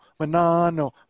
Manano